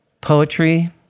poetry